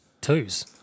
twos